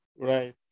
Right